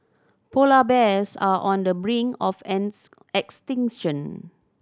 polar bears are on the brink of